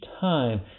time